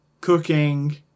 cooking